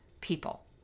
people